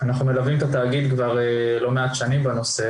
אנחנו מלווים את התאגיד כבר לא מעט שנים בנושא.